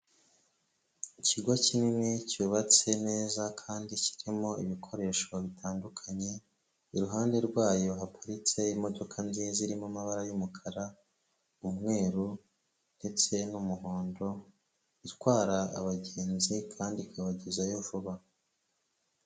Ikigo kinini cyubatse neza kandi kirimo ibikoresho bitandukanye iruhande rwayo haparitse imodoka nziza irimo amabara y'umukarau umweru ndetse n'umuhondo itwara abagenzi kandi ikabagezayo vuba.